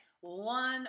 One